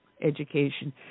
education